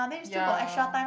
ya